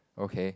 okay